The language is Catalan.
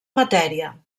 matèria